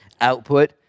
output